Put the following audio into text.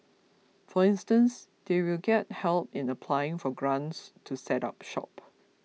for instance they will get help in applying for grants to set up shop